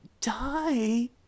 die